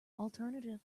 alternative